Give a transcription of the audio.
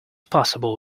possible